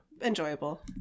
Enjoyable